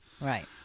Right